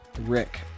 Rick